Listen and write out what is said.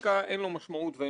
אנחנו יכולים לבדוק,